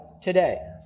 today